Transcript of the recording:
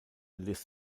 lives